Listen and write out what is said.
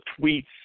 tweets